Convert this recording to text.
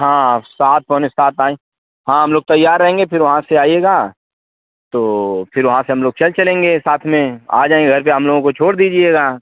हाँ सात पौने सात आएँ हाँ हम लोग तैयार रहेंगे फिर वहाँ से आइएगा तो फिर वहाँ से हम लोग चल चलेंगे साथ में आ जाएँगे घर पर हम लोगों को छोड़ दीजिएगा